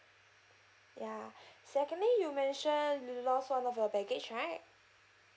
ya secondly you mention lo~ loss of your baggage right